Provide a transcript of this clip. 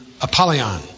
Apollyon